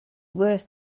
worse